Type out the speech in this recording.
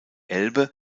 elbe